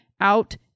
out